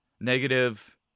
negative